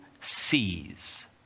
sees